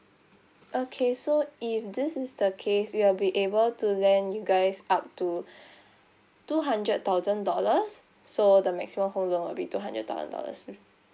okay so if this is the case we will be able to lend you guys up to two hundred thousand dollars so the maximum whole loan will be two hundred dollars